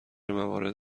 موارد